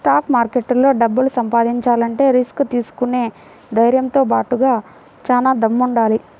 stock మార్కెట్లో డబ్బు సంపాదించాలంటే రిస్క్ తీసుకునే ధైర్నంతో బాటుగా చానా దమ్ముండాలి